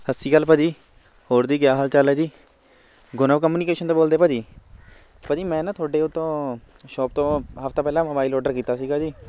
ਸਤਿ ਸ਼੍ਰੀ ਅਕਾਲ ਭਾਅ ਜੀ ਹੋਰ ਜੀ ਕਿਆ ਹਾਲ ਚਾਲ ਹੈ ਜੀ ਗੁਨੋਵ ਕਮਨੀਕੇਸ਼ਨ ਤੋਂ ਬੋਲਦੇ ਭਾਅ ਜੀ ਭਾਅ ਜੀ ਮੈਂ ਨਾ ਤੁਹਾਡੇ ਉਹ ਤੋਂ ਸ਼ੋਪ ਤੋਂ ਹਫ਼ਤਾ ਪਹਿਲਾਂ ਮੋਬਾਈਲ ਔਡਰ ਕੀਤਾ ਸੀਗਾ ਜੀ